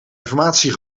informatie